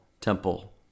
temple